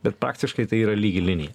bet praktiškai tai yra lygi linija